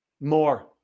More